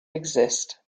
exist